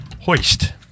hoist